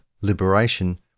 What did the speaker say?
Liberation